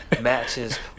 matches